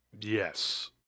Yes